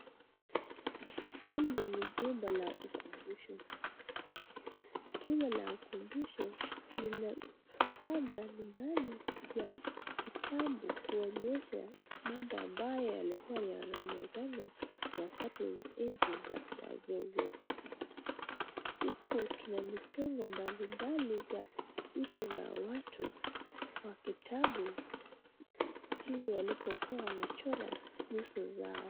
Hili ni chumba la ukumbusho. Chumba la ukumbusho ina vifaa mbali mbali za kitambo kuonyesha mambo ambayo yalikuwa yanafanyika nyakati wa enzi wa wazee wetu. Huku tuna michoro mbali mbali za uso za watu wa kitambo jinsi walikuwa wanachora uso wao.